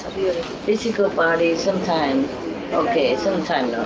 physical body, sometimes okay, sometimes